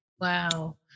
Wow